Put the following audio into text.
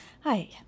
hi